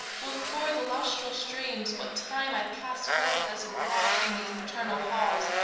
will pour the lustral streams, what time i pass forth as a bride from these paternal halls,